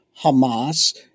Hamas